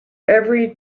every